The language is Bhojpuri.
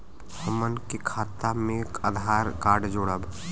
हमन के खाता मे आधार कार्ड जोड़ब?